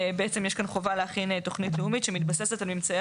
בעצם יש פה חובה להכין תוכנית לאומית שמתבססת על ממצאי